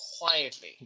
Quietly